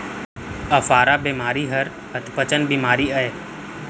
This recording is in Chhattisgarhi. अफारा बेमारी हर अधपचन बेमारी अय